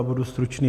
Budu stručný.